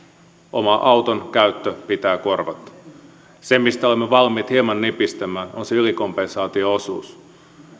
oman auton käyttö pitää korvata se mistä olemme valmiit hieman nipistämään on se ylikompensaatio osuus